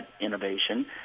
innovation